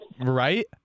right